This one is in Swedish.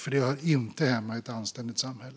Det hör nämligen inte hemma i ett anständigt samhälle.